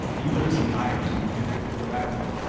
dealers and buyers would connect directly,